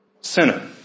Sinner